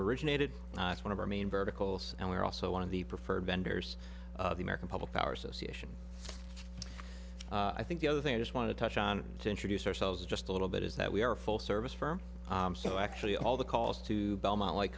originated one of our main verticals and we're also one of the preferred vendors of the american public power association i think the other thing just want to touch on to introduce ourselves just a little bit is that we are a full service firm so actually all the calls to belmont like